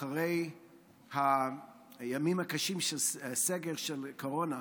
אחרי הימים הקשים של הסגר של הקורונה,